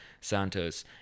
Santos